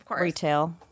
retail